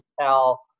tell